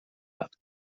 رفت